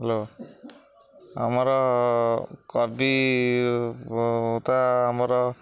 hello ଆମର କବିତା ଆମର